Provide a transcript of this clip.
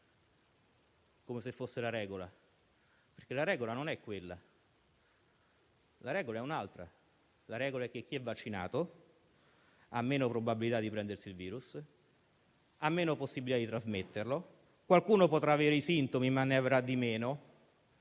come se fosse la regola, perché la regola non è quella. La regola è un'altra. La regola è che chi è vaccinato ha meno probabilità di prendersi il virus e di trasmetterlo. Qualcuno potrà avere i sintomi, ma ne avrà di meno.